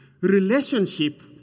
Relationship